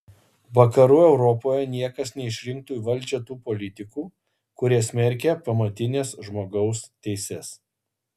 vakarų europoje niekas neišrinktų į valdžią tų politikų kurie smerkia pamatines žmogaus teises